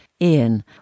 Ian